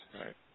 Right